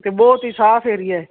ਅਤੇ ਬਹੁਤ ਹੀ ਸਾਫ ਏਰੀਆ